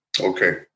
Okay